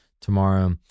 tomorrow